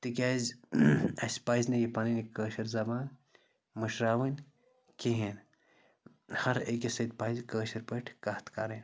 تِکیٛازِ اَسہِ پَزِ نہٕ یہِ پَنٕنۍ یہِ کٲشِر زَبان مٔشراوٕنۍ کِہیٖنۍ ہَرٕ أکِس سۭتۍ پَزِ کٲشِر پٲٹھۍ کَتھ کَرٕنۍ